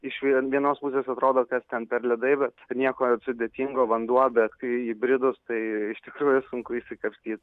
iš vie vienos pusės atrodo kas ten per ledai vat kad nieko sudėtingo vanduo bet kai įbridus tai iš tikrųjų sunku išsikapstyt